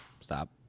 stop